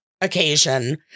occasion